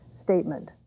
statement